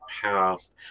past